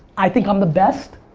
i think i'm the best,